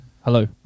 Hello